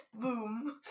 Boom